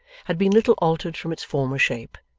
had been little altered from its former shape,